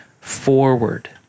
forward